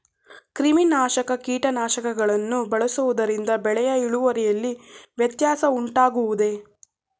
ಕ್ರಿಮಿನಾಶಕ ಕೀಟನಾಶಕಗಳನ್ನು ಬಳಸುವುದರಿಂದ ಬೆಳೆಯ ಇಳುವರಿಯಲ್ಲಿ ವ್ಯತ್ಯಾಸ ಉಂಟಾಗುವುದೇ?